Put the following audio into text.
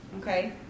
okay